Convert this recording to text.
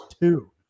two